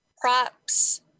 props